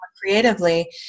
creatively